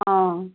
অঁ